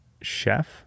Chef